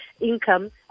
income